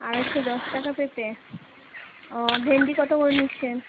আড়াইশো দশ টাকা পেপে ও ভেণ্ডি কত করে নিচ্ছেন